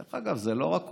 דרך אגב, זה לא רק קורונה.